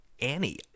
Annie